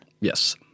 Yes